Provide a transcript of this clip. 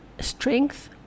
strength